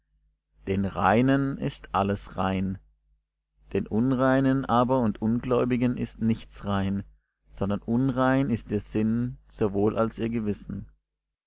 den reinen ist alles rein den unreinen aber und ungläubigen ist nichts rein sondern unrein ist ihr sinn sowohl als ihr gewissen